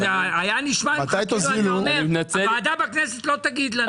זה נשמע כאילו אתה אומר: הוועדה בכנסת לא תגיד לנו.